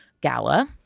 gala